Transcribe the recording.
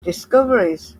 discoveries